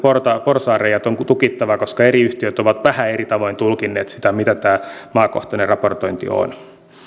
porsaanreiät tukitaan koska eri yhtiöt ovat vähän eri tavoin tulkinneet sitä mitä tämä maakohtainen raportointi on